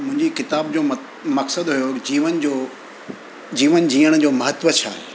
मुंहिजी किताब जो मक मक़सदु हुयो जीवन जो जीवन जीअण जो महत्व छा आहे